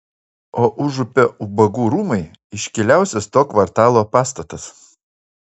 o užupio ubagų rūmai iškiliausias to kvartalo pastatas